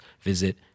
visit